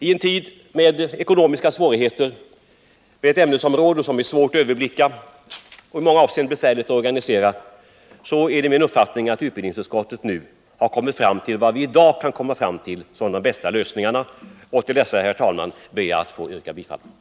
I en tid med ekonomiska svårigheter och när det gäller ett ämnesområde som är svårt att överblicka är det min uppfattning att utbildningsutskottet nu har kommit fram till godtagbara lösningar. Till dessa, herr talman, ber jag att få yrka bifall.